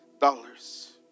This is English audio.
dollars